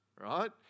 right